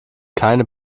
keine